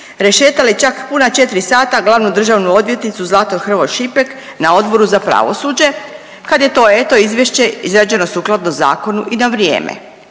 rešetali čak puna 4 sata glavnu državnu odvjetnicu Zlatu Hrvoj Šipek na Odboru za pravosuđe kad je to eto izvješće izrađeno sukladno zakonu i na vrijeme.